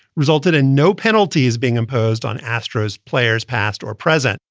resulted in no penalty is being imposed on astros players, past or present.